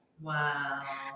Wow